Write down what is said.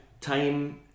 time